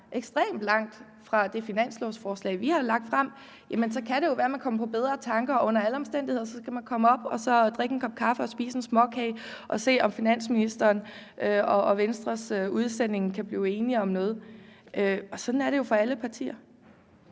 ekstremt langt fra det finanslovsforslag, vi har lagt frem, kan det være, at de kan komme på bedre tanker. Under alle omstændigheder skal de komme op og drikke en kop kaffe og spise en småkage, og så må vi se, om finansministeren og Venstres udsendinge kan blive enige om noget. Sådan er det jo for alle partier.